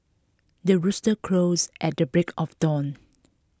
the rooster crows at the break of dawn